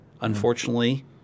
Unfortunately